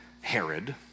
Herod